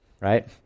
Right